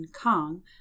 Kong